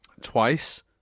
twice